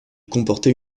comportait